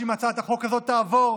שאם הצעת החוק הזאת תעבור,